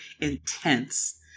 intense